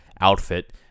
outfit